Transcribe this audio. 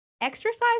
exercise